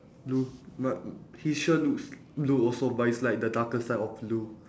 blue but his shirt looks blue also but it's like the darker side of blue